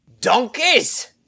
Donkeys